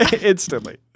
instantly